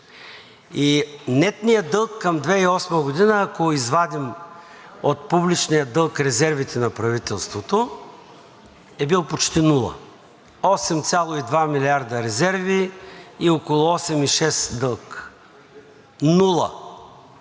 и нетният дълг към 2008 г., ако извадим от публичния дълг резервите на правителството, е бил почти нула – 8,2 милиарда резерви, и около 8,6 дълг. Нула,